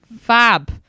fab